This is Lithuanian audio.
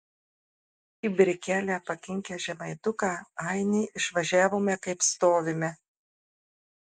į brikelę pakinkę žemaituką ainį išvažiavome kaip stovime